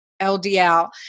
LDL